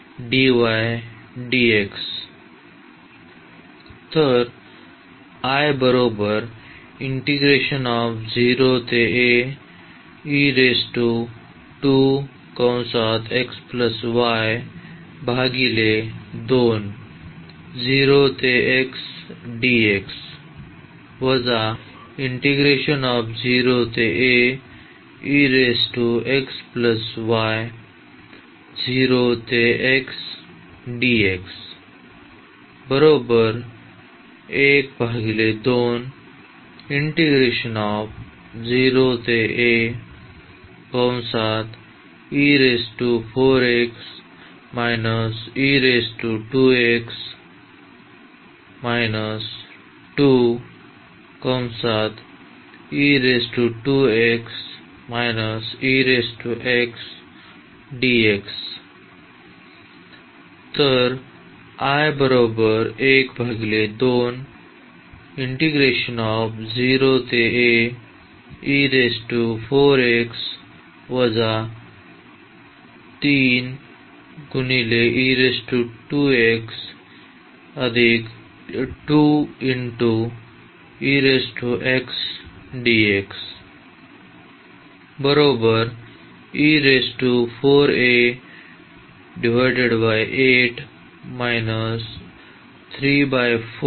z y आणि नंतर x बद्दल आदर